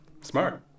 smart